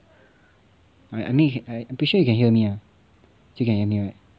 right I mean you can I'm pretty sure you can hear me ah you can hear me right